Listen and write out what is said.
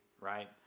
right